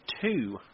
two